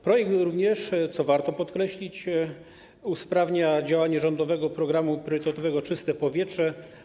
Projekt również, co warto podkreślić, usprawnia działanie rządowego programu priorytetowego „Czyste powietrze”